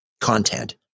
content